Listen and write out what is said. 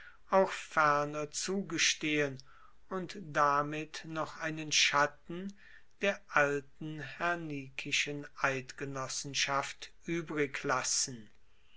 auch ferner zugestehen und damit noch einen schatten der alten hernikischen eidgenossenschaft uebrig lassen